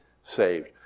saved